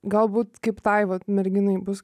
galbūt kaip tai vat merginai bus